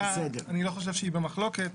אני לא חושב שהיא במחלוקת.